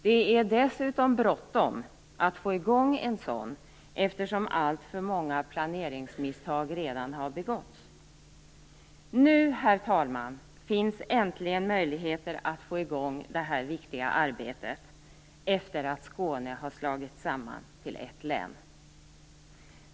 Det är också bråttom att få i gång en sådan, eftersom alltför många planeringsmisstag redan har begåtts. Nu finns det äntligen möjligheter att få i gång det viktiga arbetet efter att Skåne har slagits samman till ett län.